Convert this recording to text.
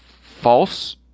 false